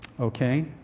okay